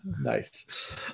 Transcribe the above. Nice